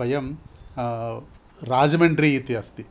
वयं राजमण्ड्रीति अस्ति